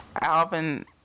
Alvin